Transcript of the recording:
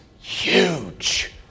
huge